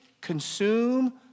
consume